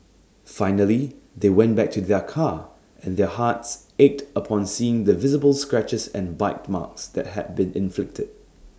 finally they went back to their car and their hearts ached upon seeing the visible scratches and bite marks that had been inflicted